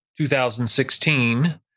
2016